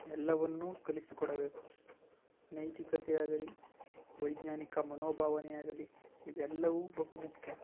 ಎಲ್ಲವನ್ನೂ ಕಲಿಸಿಕೊಡಬೇಕು ನೈತಿಕತೆ ಆಗಲಿ ವೈಜ್ಞಾನಿಕ ಮನೋಭಾವನೆ ಆಗಲಿ ಇವೆಲ್ಲವೂ ಬಹು ಮುಖ್ಯ